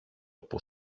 που